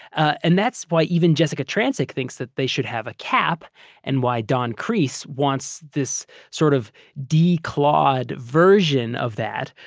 and that's why even jessika trancik thinks that they should have a cap and why don kreis wants this sort of declawed version of that,